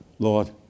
Lord